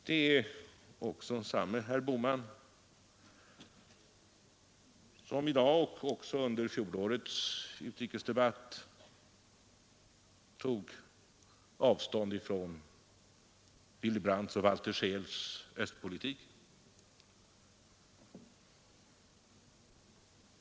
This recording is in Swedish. Det är också samme herr Bohman som i dag och också under fjolårets utrikesdebatt tog avstånd från Willy Brandts och Walter Scheels östpolitik.